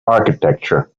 architecture